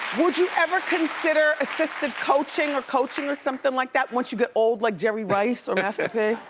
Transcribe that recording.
would you ever consider assisted coaching or coaching or something like that once you get old like jerry rice or master p?